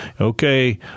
Okay